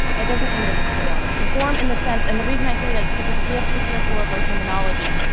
it doesn't need a reform. reform in the sense and the reason i say that is because we have to be careful of our terminology.